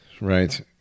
Right